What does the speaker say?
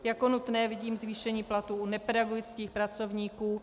Jako nutné vidím zvýšení platů u nepedagogických pracovníků.